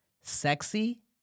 sexy